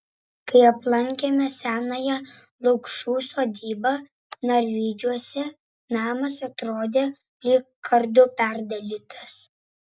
kai aplankėme senąją lukšų sodybą narvydžiuose namas atrodė lyg kardu perdalytas